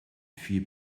vier